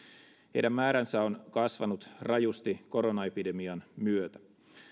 heidän määränsä on kasvanut rajusti koronaepidemian myötä